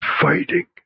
fighting